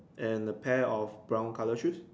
and a pair of brown color shoes